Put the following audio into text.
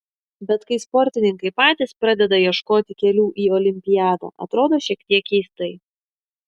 bet kai sportininkai patys pradeda ieškoti kelių į olimpiadą atrodo šiek tiek keistai